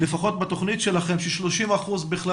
לפחות בתכנית שלכם ש-30 אחוזים בכלל